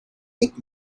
pick